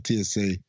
TSA